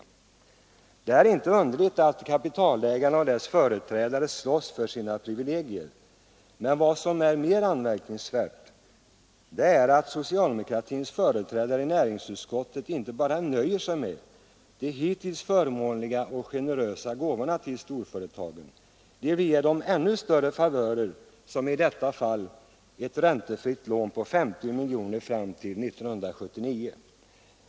Det är inte underligt att kapitalägarna och deras företrädare slåss för sina privilegier. Men vad som är anmärkningsvärt är att socialdemokratins företrädare i näringsutskottet inte bara nöjer sig med de hittills förmånliga och generösa gåvorna till storföretagen utan vill ge dem ännu större favörer, såsom i detta fall ett räntefritt lån på 50 miljoner kronor fram till år 1979.